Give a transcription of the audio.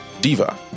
Diva